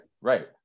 right